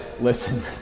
listen